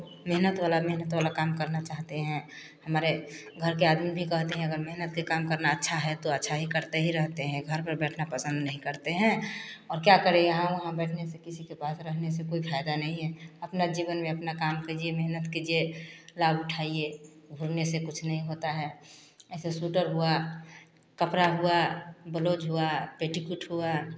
मेहनत वाला मेहनत वाला काम करना चाहते हैं हमारे घर के आदमी भी कहते हैं अगर मेहनत के काम करना अच्छा है तो अच्छा ही करते ही रहते हैं घर पर बैठना पसंद नहीं करते हैं और क्या करे यहाँ वहाँ बैठने से किसी के पास रहने से कोई फ़ायदा नहीं है अपना जीवन में अपना काम कीजिए मेहनत कीजिए लाभ उठाइए घूमने से कुछ नहीं होता है ऐसे सूटर हुआ कपड़ा हुआ बलोज हुआ पेटीकुट हुआ